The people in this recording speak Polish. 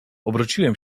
odwróciłem